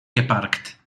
geparkt